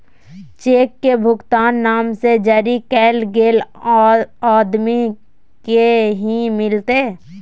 cheque के भुगतान नाम से जरी कैल गेल आदमी के ही मिलते